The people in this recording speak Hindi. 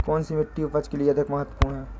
कौन सी मिट्टी उपज के लिए अधिक महत्वपूर्ण है?